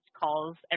calls